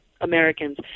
Americans